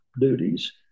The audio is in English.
duties